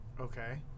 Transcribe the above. Okay